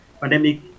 pandemic